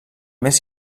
més